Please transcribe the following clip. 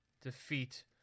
defeat